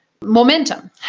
momentum